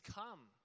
come